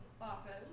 often